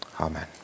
Amen